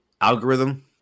Algorithm